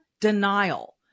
denial